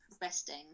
resting